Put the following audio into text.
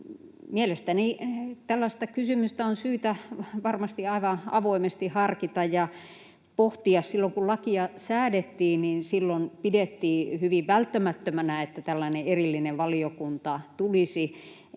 Mielestäni tällaista kysymystä on syytä varmasti aivan avoimesti harkita ja pohtia. Silloin kun lakia säädettiin, pidettiin hyvin välttämättömänä, että tulisi tällainen erillinen valiokunta,